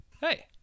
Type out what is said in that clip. hey